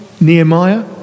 Nehemiah